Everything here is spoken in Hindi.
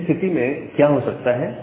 ऐसी स्थिति में क्या हो सकता है